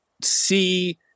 see